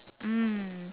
mm